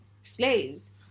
slaves